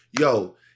yo